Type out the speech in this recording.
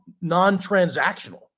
non-transactional